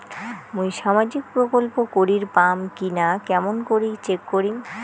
মুই সামাজিক প্রকল্প করির পাম কিনা কেমন করি চেক করিম?